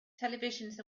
televisions